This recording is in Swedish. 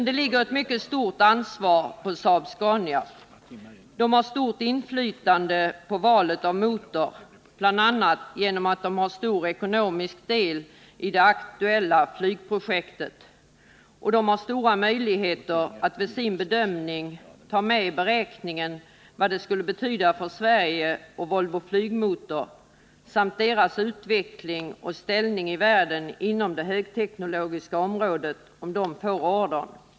Det ligger ett mycket stort ansvar på Saab-Scania. Företaget har stort inflytande på valet av motor, bl.a. genom att man har en stor ekonomisk del i det aktuella flygplansprojektet. Man har stora möjligheter att vid sin bedömning ta med i beräkningen vad det skulle betyda för Sverige samt Volvo Flygmotor och dess utveckling och ställning i världen inom det högteknologiska området om detta företag får ordern.